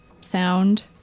sound